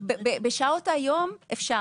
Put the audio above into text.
למי שלבד --- בשעות היום אפשר.